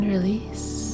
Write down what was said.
release